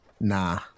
Nah